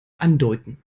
andeuten